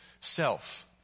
self